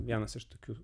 vienas iš tokių